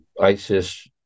ISIS